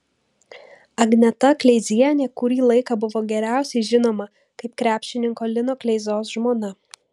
agneta kleizienė kurį laiką buvo geriausiai žinoma kaip krepšininko lino kleizos žmona